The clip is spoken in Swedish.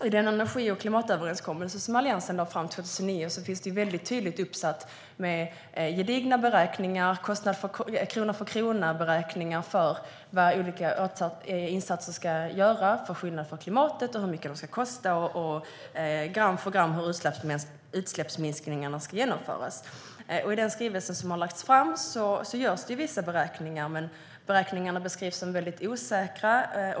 I den energi och klimatöverenskommelse som Alliansen lade fram 2009 finns det väldigt tydligt uppsatt med gedigna krona-för-krona-beräkningar av vad olika insatser ska göra för skillnad för klimatet, hur mycket de ska kosta, hur utsläppsminskningarna ska genomföras gram för gram. I den skrivelse som har lagts fram görs det vissa beräkningar, men beräkningarna beskrivs som väldigt osäkra.